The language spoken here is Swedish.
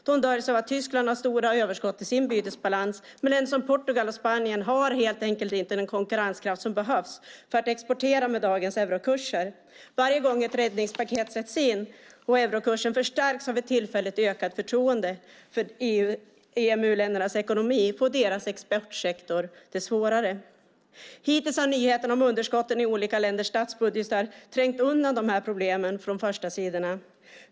De döljs av att Tyskland har stora överskott i sin bytesbalans, men länder som Portugal och Spanien har helt enkelt inte den konkurrenskraft som behövs för att exportera med dagens eurokurser. Varje gång ett räddningspaket sätts in, och eurokursen förstärks av ett tillfälligt ökat förtroende för EMU-ländernas ekonomi, får deras exportsektor det svårare. Hittills har nyheterna om underskotten i olika länders statsbudgetar trängt undan de här problemen från förstasidorna.